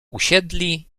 usiedli